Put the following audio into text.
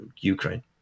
Ukraine